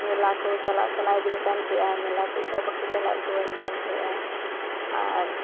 ᱢᱮᱞᱟ ᱠᱚ ᱪᱟᱞᱟᱜ ᱥᱟᱱᱟᱭᱤᱫᱤᱧ ᱠᱟᱱ ᱛᱟᱦᱮᱸᱜᱼᱟ ᱢᱮᱞᱟ ᱠᱚᱡ ᱦᱚᱸ ᱵᱟᱠᱚ ᱪᱟᱞᱟᱣ ᱪᱚᱣᱟᱧ ᱠᱟᱱ ᱛᱟᱦᱮᱸᱜᱼᱟ ᱟᱨ